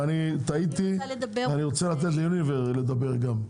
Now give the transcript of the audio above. ואני טעיתי ואני רוצה לתת יוניליוור לדבר גם.